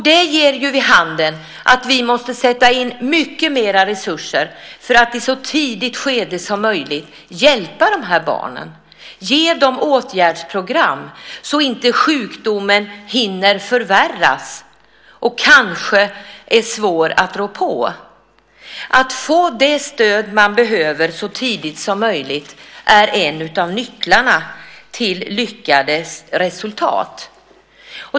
Det ger vid handen att vi måste sätta in mycket mer resurser för att i ett så tidigt skede som möjligt hjälpa de här barnen och ge dem åtgärdsprogram, så att inte sjukdomen hinner förvärras och kanske blir svår att rå på. Att få det stöd man behöver så tidigt som möjligt är en av nycklarna till lyckade resultat.